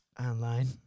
online